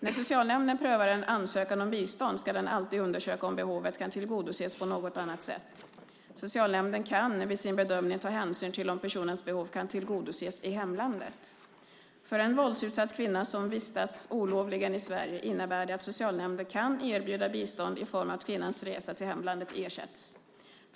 När socialnämnden prövar en ansökan om bistånd ska den alltid undersöka om behovet kan tillgodoses på något annat sätt. Socialnämnden kan vid sin bedömning ta hänsyn till om personens behov kan tillgodoses i hemlandet. För en våldsutsatt kvinna som vistas olovligen i Sverige innebär det att socialnämnden kan erbjuda bistånd i form av att kvinnans resa till hemlandet ersätts.